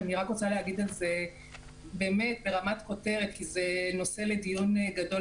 אני רק רוצה להגיד ברמת כותרת כי זה נושא לדיון גדול